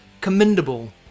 commendable